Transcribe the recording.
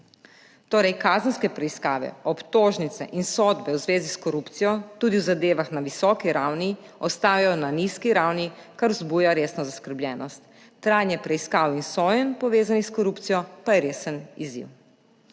Torej kazenske preiskave, obtožnice in sodbe v zvezi s korupcijo, tudi v zadevah na visoki ravni, ostajajo na nizki ravni, kar vzbuja resno zaskrbljenost. Trajanje preiskav in sojenj, povezanih s korupcijo, pa je resen izziv.